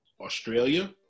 Australia